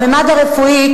בממד הרפואי,